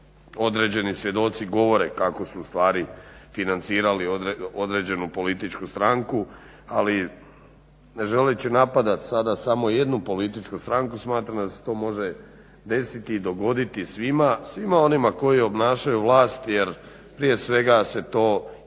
određeni svjedoci govore kako se u stvari financirali određenu političku stranku, ali ne želeći napadat sada samo jednu političku stranku. Smatram da se to može desiti i dogoditi svima, svima onima koji obnašaju vlast, jer prije svega se to, to je